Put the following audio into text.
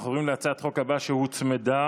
אנחנו עוברים להצעת חוק הבאה, שהוצמדה,